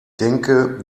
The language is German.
denke